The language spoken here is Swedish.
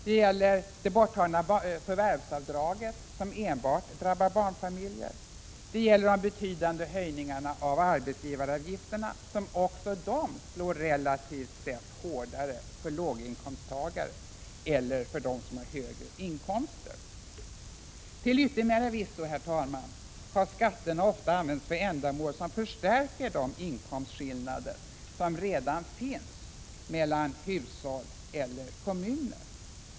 Det gäller det borttagna förvärvsavdraget, som enbart drabbar barnfamiljer. Det gäller de betydande höjningarna av arbetsgivaravgifterna, som också slår relativt sett hårdare för lågän för höginkomsttagare. Till yttermera visso, herr talman, har skatterna ofta använts för ändamål som förstärker de inkomstskillnader som redan finns mellan olika hushåll och olika kommuner.